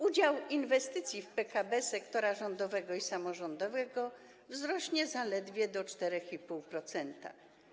Udział inwestycji w PKB sektora rządowego i samorządowego wzrośnie zaledwie do 4,5%.